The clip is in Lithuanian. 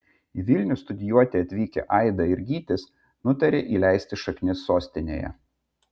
į vilnių studijuoti atvykę aida ir gytis nutarė įleisti šaknis sostinėje